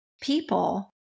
people